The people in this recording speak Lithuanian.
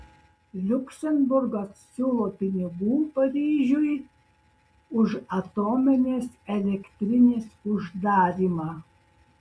liuksemburgas siūlo pinigų paryžiui už atominės elektrinės uždarymą